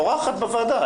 אורחת בוועדה.